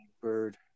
Bird